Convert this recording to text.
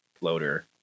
loader